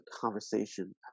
conversation